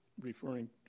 referring